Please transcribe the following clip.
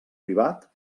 privat